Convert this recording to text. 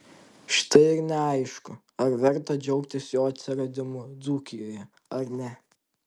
štai ir neaišku ar verta džiaugtis jo atsiradimu dzūkijoje ar ne